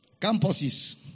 Campuses